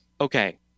okay